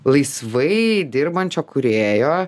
laisvai dirbančio kūrėjo